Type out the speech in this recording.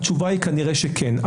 התשובה היא כנראה שכן.